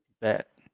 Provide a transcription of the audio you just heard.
Bet